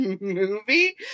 movie